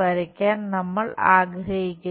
വരയ്ക്കാൻ നമ്മൾ ആഗ്രഹിക്കുന്നു